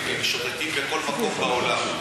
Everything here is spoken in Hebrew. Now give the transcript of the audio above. גם את ציפי לבני, בסדר,